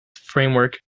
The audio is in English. framework